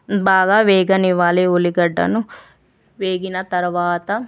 బాగా వేగనివ్వాలి ఉల్లిగడ్డను వేగినతర్వాత